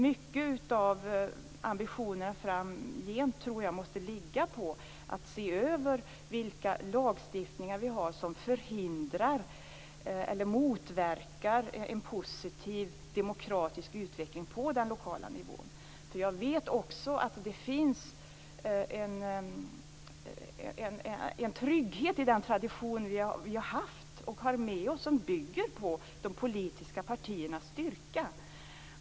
Mycket av ambitionerna framgent måste ligga på att se över vilka lagstiftningar vi har som motverkar en positiv demokratisk utveckling på den lokala nivån. Jag vet också att det finns en trygghet i den tradition vi har som bygger på de politiska partiernas styrka.